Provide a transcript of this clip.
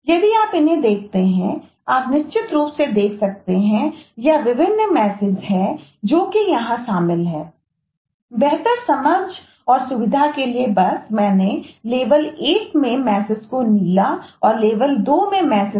यदि आप इन्हें देखते हैं आप निश्चित रूप से देख सकते हैं यह विभिन्न मैसेज